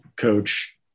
coach